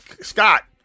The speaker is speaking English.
Scott